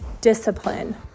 discipline